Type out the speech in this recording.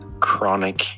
chronic